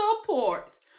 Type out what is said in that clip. supports